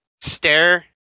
stare